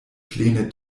plene